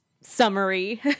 summary